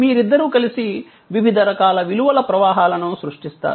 మీరిద్దరూ కలిసి వివిధ రకాల విలువల ప్రవాహాలను సృష్టిస్తారు